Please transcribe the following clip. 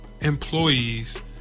Employees